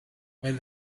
while